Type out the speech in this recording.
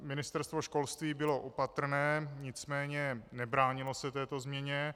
Ministerstvo školství bylo opatrné, nicméně nebránilo se této změně.